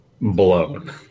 blown